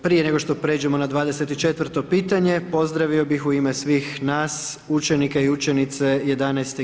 Prije nego što pređeno na 24 pitanje, pozdravio bih u ime svih nas učenike i učenice XI.